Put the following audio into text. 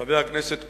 חבר הכנסת אורון,